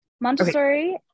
Montessori